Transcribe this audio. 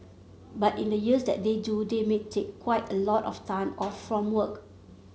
but in the years that they do they may take quite a lot of time off from work